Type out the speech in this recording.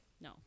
no